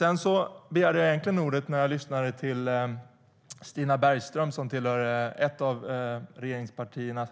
Jag begärde ordet när jag lyssnade till Stina Bergström som tillhör ett av regeringspartierna,